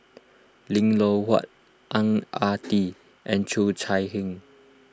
Lim Loh Huat Ang Ah Tee and Cheo Chai Hiang